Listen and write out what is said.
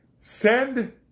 Send